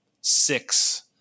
six